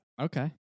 Okay